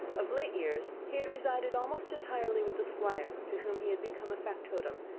of late years he had resided almost entirely with the squire, to whom he had become a factotum,